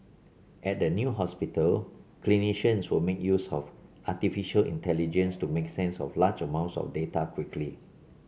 at the new hospital clinicians will make use of artificial intelligence to make sense of large amounts of data quickly